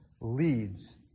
leads